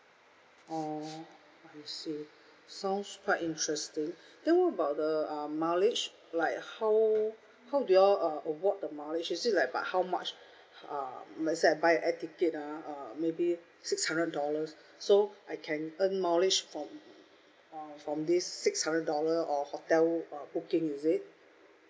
oh I see sounds quite interesting then what about the um mileage like how how do you all uh award the mileage is it like about how much uh let's say I buy the air ticket uh um maybe six hundred dollars so I can earn mileage from uh from this six hundred dollar or hotel uh booking is it